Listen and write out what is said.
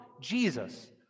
Jesus